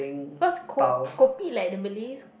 cause ko~ kopi like the Malays